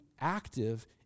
active